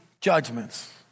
judgments